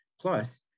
Plus